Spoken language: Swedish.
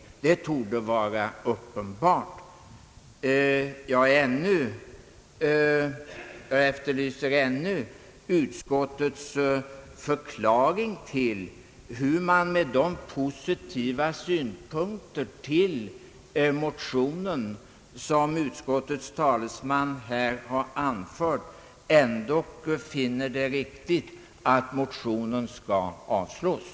Det torde vara up penbart. Jag efterlyser fortfarande utskottets förklaring till hur man med de positiva synpunkter på motionen som utskottets talesman här har anfört ändå finner det riktigt att motionen skall avslås.